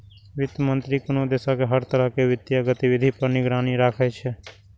वित्त मंत्री कोनो देशक हर तरह के वित्तीय गतिविधि पर निगरानी राखै छै